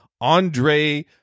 Andre